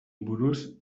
buruz